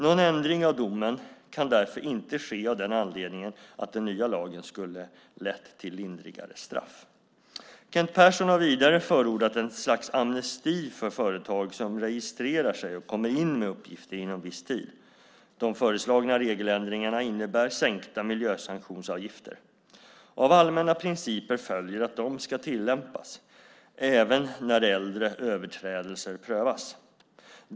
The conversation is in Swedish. Någon ändring av domen kan därför inte ske av den anledningen att den nya lagen skulle ha lett till lindrigare straff. Kent Persson har vidare förordat ett slags amnesti för företag som registrerar sig och kommer in med uppgifter inom viss tid. De föreslagna regeländringarna innebär sänkta miljösanktionsavgifter. Av allmänna principer följer att de ska tillämpas även när äldre överträdelser prövas.